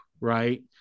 right